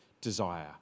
desire